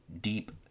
deep